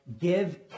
give